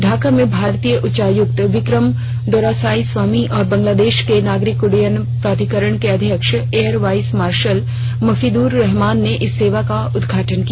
ढाका में भारतीय उच्चायुक्त विक्रम दोरईस्वामी और बांग्लादेश के नागरिक उड्डयन प्राधिकरण के अध्यक्ष air vice marshal Mafidur Rahman ने इस सेवा का उद्घाटन किया